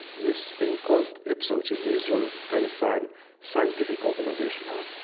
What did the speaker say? this thing called ipso, which is the israel palestine scientific organization.